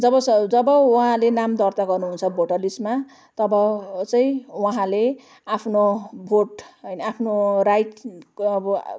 जब स जब उहाँले नाम दर्ता गर्नुहुन्छ भोटर लिस्टमा तब चाहिँ उहाँले आफ्नो भोट होइन आफ्नो राइट अब